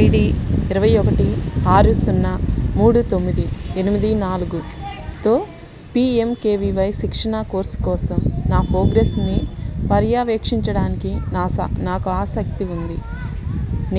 ID ఇరవై ఒకటి ఆరు సున్నా మూడు తొమ్మిది ఎనిమిది నాలుగు తో P M K V Y శిక్షణా కోర్సు కోసం నా ప్రోగ్రెస్ని పర్యవేక్షించడానికి నాస నాకు ఆసక్తి ఉంది